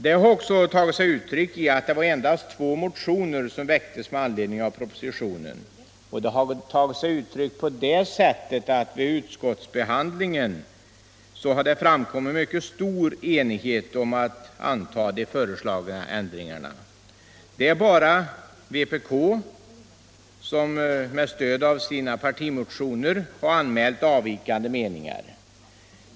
Det har också tagit sig uttryck i att med anledning av propositionen avlämnats endast två motioner och att det vid utskottsbehandlingen uppstått en mycket stor enighet om att anta de föreslagna ändringarna. Det är bara vpk som med stöd av sina partimotioner har anmält avvikande meningar.